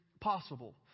possible